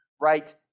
right